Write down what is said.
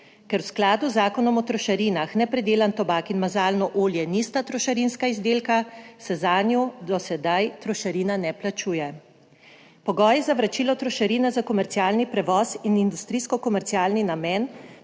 Ker v skladu z Zakonom o trošarinah nepredelan tobak in mazalno olje nista trošarinska izdelka, se zanju do sedaj trošarina ne plačuje. Pogoji za vračilo trošarine za komercialni prevoz in industrijsko komercialni namen